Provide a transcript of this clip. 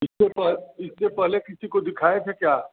इसके इसके पहले किसी को दिखाए थे क्या